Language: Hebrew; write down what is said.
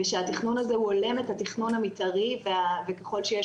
ושהתכנון הזה הוא הולם את התכנון המתארי וככל שיש